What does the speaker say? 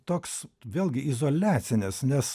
toks vėlgi izoliacinis nes